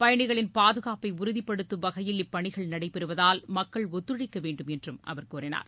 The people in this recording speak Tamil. பயணிகளின் பாதுகாப்பை உறுதிப்படுத்தும் வகையில் இப்பணிகள் நடைபெறுவதால் மக்கள் ஒத்துழைக்க வேண்டுமென்றும் அவர் கூறினார்